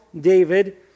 David